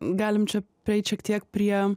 galim čia prieit šiek tiek prie